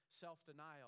self-denial